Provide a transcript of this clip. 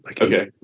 Okay